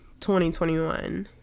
2021